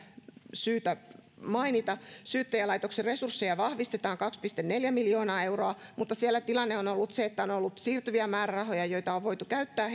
syytä mainita syyttäjälaitoksen resursseja vahvistetaan kaksi pilkku neljä miljoonaa euroa mutta siellä tilanne on on ollut se että on on ollut siirtyviä määrärahoja joita on voitu käyttää